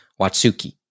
Watsuki